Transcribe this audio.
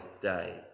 day